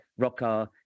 Rockar